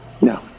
No